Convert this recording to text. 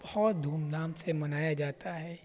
بہت دھوم دھام سے منایا جاتا ہے